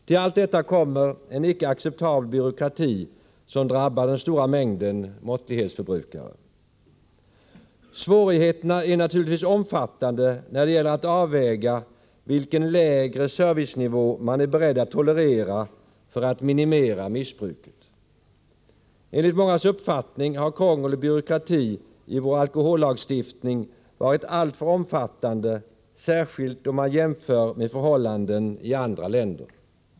Till allt detta kommer en icke acceptabel byråkrati, som drabbar den stora mängden måttlighetsförbrukare. Svårigheterna är naturligtvis omfattande när det gäller att avväga vilken lägre servicenivå man är beredd att tolerera för att minimera missbruket. Enligt mångas uppfattning har krånglet och byråkratin i vår alkohollagstiftning varit alltför omfattande, särskilt om vi jämför med förhållanden i andra länder.